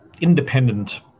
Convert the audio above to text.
independent